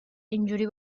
اینجوری